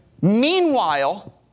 meanwhile